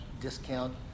discount